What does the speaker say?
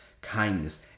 kindness